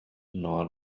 nor